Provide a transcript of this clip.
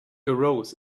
arose